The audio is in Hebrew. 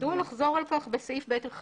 מדוע לחזור עליו בסעיף 1?